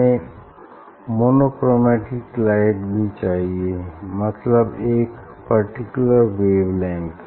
हमें monochromatic light भी चाहिए मतलब एक पर्टिकुलर वेव लेंग्थ